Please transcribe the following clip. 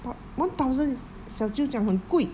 but one thousand is 小舅讲很贵